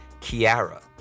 Kiara